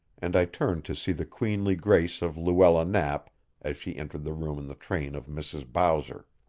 and i turned to see the queenly grace of luella knapp as she entered the room in the train of mrs. bowser.